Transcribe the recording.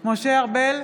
משה ארבל,